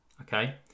okay